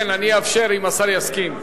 כן, אני אאפשר, אם השר יסכים.